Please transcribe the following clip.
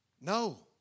No